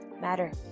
matter